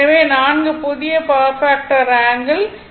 எனவே நான்கு புதிய பவர் ஃபாக்டர் ஆங்கிள் 18